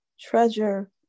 treasure